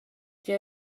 gie